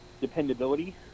dependability